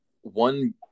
one